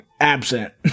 absent